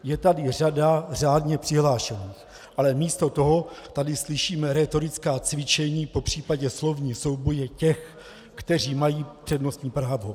Je tady řada řádně přihlášených, ale místo toho tady slyšíme rétorická cvičení, popřípadě slovní souboje těch, kteří mají přednostní právo.